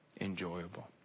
enjoyable